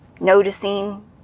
Noticing